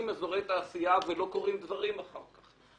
אזורי תעשייה ולא קורים אחר כך דברים.